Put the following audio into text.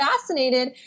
fascinated